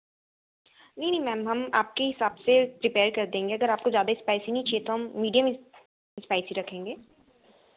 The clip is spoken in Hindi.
नहीं नहीं मैम हम आपके हिसाब से प्रिपेयर कर देंगे अगर आपको ज़्यादा इस्पायसी नहीं चाहिए तो हम मीडियम इस्पायसी रखेंगे